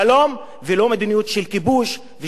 ולא מדיניות של כיבוש ושל תוקפנות.